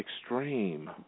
extreme